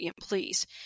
please